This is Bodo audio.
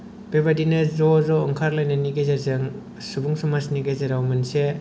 बेबादिनो ज' ज' ओंखारलायनायनि गेजेरजों सुबुं समाजनि गेजेराव मोनसे